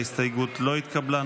ההסתייגות לא התקבלה.